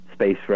Space